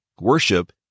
Worship